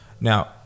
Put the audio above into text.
Now